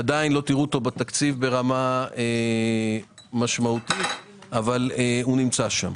עדיין לא תראו אותו בתקציב ברמה משמעותית אבל הוא נמצא שם.